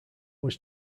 was